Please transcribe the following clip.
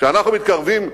כשאנחנו מתקרבים לשלום,